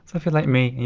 if you're like me, you